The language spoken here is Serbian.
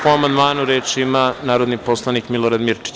Po amandmanu, reč ima narodni poslanik Milorad Mirčić.